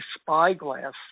spyglass